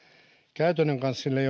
käytännön kanssa sillä ei